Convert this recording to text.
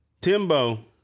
Timbo